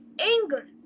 anger